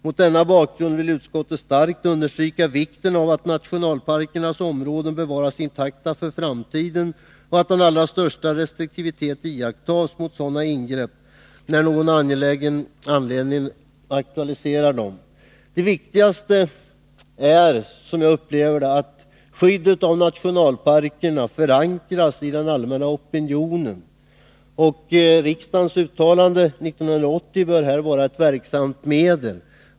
Mot denna bakgrund vill utskottet starkt understryka vikten av att nationalparkernas områden bevaras intakta för framtiden och att den allra största restriktivitet iakttas när sådana ingrepp av någon angelägen anledning aktualiseras.” Det viktigaste är — som jag upplever det — att skyddet av nationalparkerna förankras i den allmänna opinionen. Riksdagsuttalandet från 1980 bör här vara ett verksamt medel.